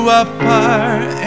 apart